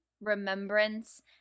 remembrance